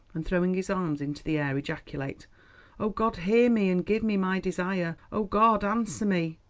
and throwing his arms into the air ejaculate oh, god, hear me, and give me my desire! oh, god, answer me!